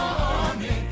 army